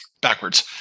backwards